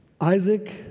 Isaac